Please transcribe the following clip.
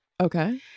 Okay